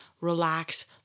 relax